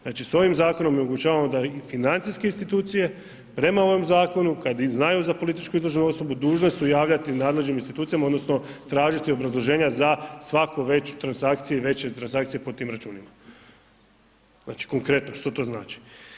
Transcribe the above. Znači s ovim zakonom mi omogućavamo da i financijske institucije prema ovom zakonu kad i znaju za političku izloženu osobu dužne su javljati nadležnim institucijama odnosno tražiti obrazloženja za svaku veću transakciju i veće transakcije po tim računima, znači, konkretno što to znači.